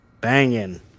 banging